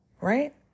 Right